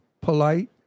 polite